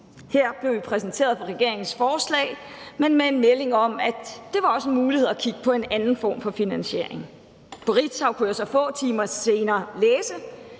Her blev vi præsenteret for regeringens forslag, men med en melding om, at det også var en mulighed at kigge på en anden form for finansiering. På Ritzau kunne jeg så få timer senere læse,